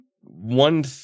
one